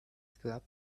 club